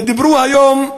דיברו היום,